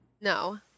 No